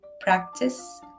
practice